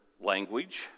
language